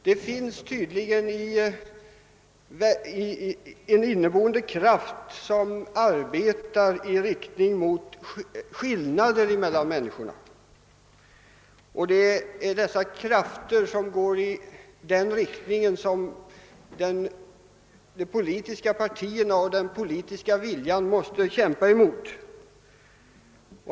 Det finns tydligen hos oss en inneboende kraft, som arbetar i riktning mot skillnader, och det är den som de politiska partierna och den politiska viljan måste kämpa mot.